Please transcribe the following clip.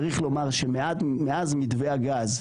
צריך לומר שמאז מתווה הגז,